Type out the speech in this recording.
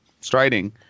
striding